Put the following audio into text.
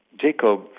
Jacob